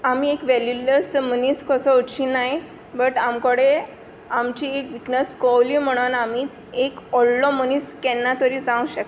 आमी एक वेल्यूलस मनीस कसो उरचीं नात बट आमकोडे आमची एक विकनस कोवली म्हणून आमी एक व्हडलो मनीस केन्ना तरी जावूंक शकताय